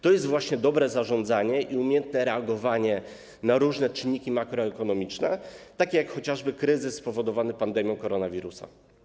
To jest właśnie dobre zarządzanie i umiejętne reagowanie na różne czynniki makroekonomiczne, takie jak chociażby kryzys spowodowany pandemią koronawirusa.